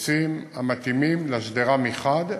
עצים המתאימים לשדרה מחד גיסא,